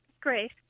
great